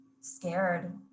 scared